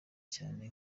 cyane